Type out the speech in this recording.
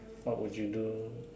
what would you do